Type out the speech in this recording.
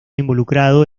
involucrado